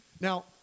Now